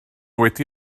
wedi